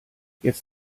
jetzt